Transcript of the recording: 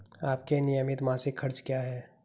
आपके नियमित मासिक खर्च क्या हैं?